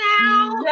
now